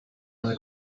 eine